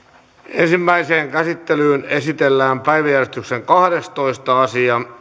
ensimmäiseen käsittelyyn esitellään päiväjärjestyksen kahdestoista asia